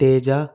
Teja